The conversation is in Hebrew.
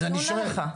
היא עונה לך.